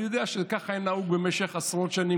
אני יודע שככה היה נהוג במשך עשרות שנים.